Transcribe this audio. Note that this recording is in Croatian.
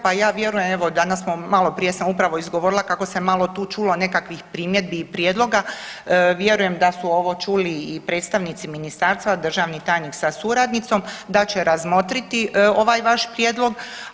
Pa ja vjerujem evo danas smo maloprije sam upravo izgovorila kako se malo tu čulo nekakvih primjedbi i prijedloga, vjerujem da su ovo čuli i predstavnici ministarstva, državni tajnik sa suradnicom da će razmotriti ovaj vaš prijedlog.